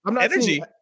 energy